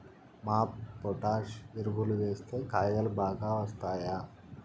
MOP potash ఎరువులు వేస్తే కాయలు బాగా వస్తాయా?